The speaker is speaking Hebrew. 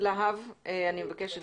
אני מבקשת